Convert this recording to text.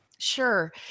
Sure